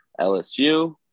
LSU